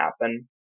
happen